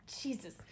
Jesus